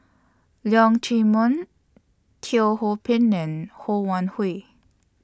Leong Chee Mun Teo Ho Pin and Ho Wan Hui